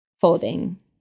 folding